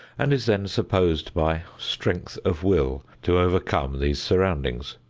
and is then supposed by strength of will to overcome these surroundings,